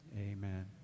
Amen